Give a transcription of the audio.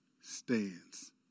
stands